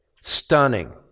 stunning